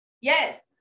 yes